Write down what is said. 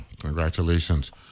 Congratulations